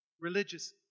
Religious